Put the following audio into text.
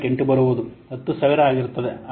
8 ಬರುವುದು10000 ಆಗಿರುತ್ತದೆ